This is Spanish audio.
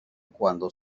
cuando